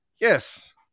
Yes